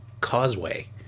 causeway